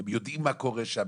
הם יודעים מה קורה שם,